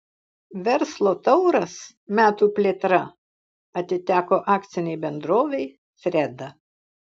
verslo tauras metų plėtra atiteko akcinei bendrovei freda